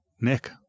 Nick